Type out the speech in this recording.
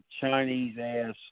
Chinese-ass